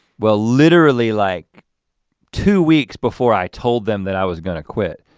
well, literally, like two weeks before i told them that i was gonna quit.